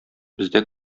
бездә